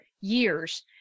years